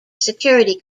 security